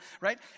right